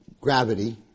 gravity